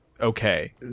okay